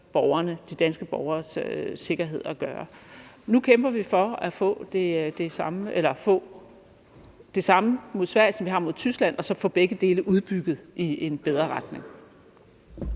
skylder de danske borgeres sikkerhed at gøre. Nu kæmper vi for at få det samme mod Sverige, som vi har mod Tyskland, og så få begge dele udbygget i en bedre retning.